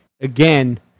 again